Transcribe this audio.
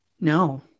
No